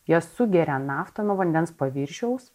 jie sugeria naftą nuo vandens paviršiaus